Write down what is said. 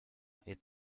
est